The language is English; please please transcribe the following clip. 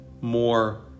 more